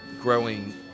growing